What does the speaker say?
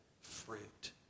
fruit